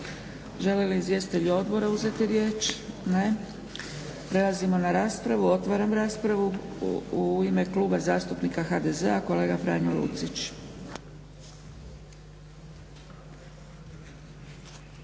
Žele li izvjestitelji odbora uzeti riječ? Ne. Prelazimo na raspravu. Otvaram raspravu. U ime Kluba zastupnika HDZ-a kolega Franjo Lucić.